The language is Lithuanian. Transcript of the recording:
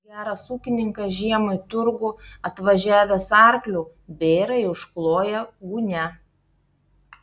geras ūkininkas žiemą į turgų atvažiavęs arkliu bėrąjį užkloja gūnia